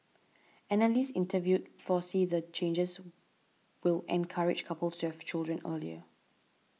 analysts interviewed foresee the changes will encourage couples to have children earlier